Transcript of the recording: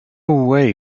way